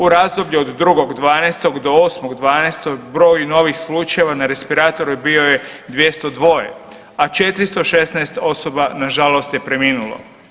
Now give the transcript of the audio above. U razdoblju od 2.12. do 8.12. broj novih slučajeva na respiratoru bio je 202, a 416 osoba nažalost je preminulo.